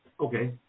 okay